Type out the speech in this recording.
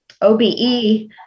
OBE